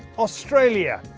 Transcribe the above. australia.